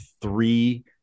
three